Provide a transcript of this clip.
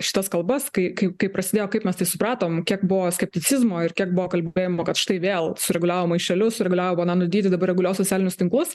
šitas kalbas kai kaip kaip prasidėjo kaip mes tai supratom kiek buvo skepticizmo ir kiek buvo kalbėjimo kad štai vėl sureguliavo maišelius sureguliavo bananų dydį dabar reguliuos socialinius tinklus